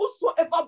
whosoever